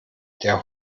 der